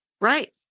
right